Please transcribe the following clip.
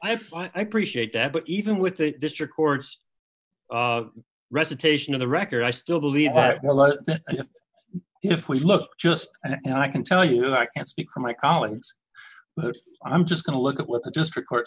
but even with the district courts recitation of the record i still believe that if we look just and i can tell you i can't speak for my colleagues but i'm just going to look at what the district court